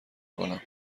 کنم